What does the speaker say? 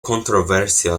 controversia